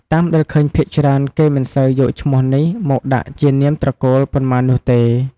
តាមដែលឃើញភាគច្រើនគេមិនសូវយកឈ្មោះនេះមកដាក់ជានាមត្រកូលប៉ុន្មាននោះទេ។